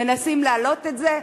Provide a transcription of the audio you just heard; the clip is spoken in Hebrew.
מנסים להעלות את זה.